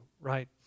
right